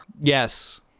Yes